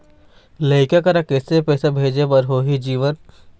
लइका करा पैसा किसे भेजे बार होही जीवन